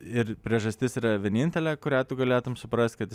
ir priežastis yra vienintelė kurią tu galėtum suprast kad